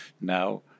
now